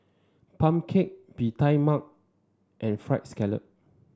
pumpkin cake Bee Tai Mak and fried scallop